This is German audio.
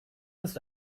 ist